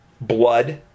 blood